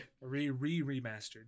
re-re-remastered